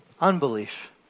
unbelief